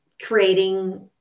creating